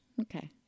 Okay